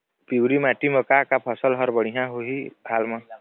पिवरी माटी म का का फसल हर बढ़िया होही हाल मा?